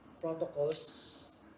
protocols